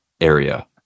area